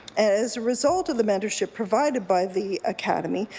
as a result of the mentorship provided by the academy,